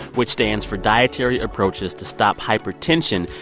which stands for dietary approaches to stop hypertension,